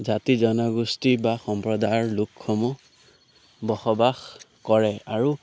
জাতি জনগোষ্ঠী বা সম্প্ৰদায়ৰ লোকসমূহ বসবাস কৰে আৰু